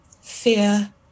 fear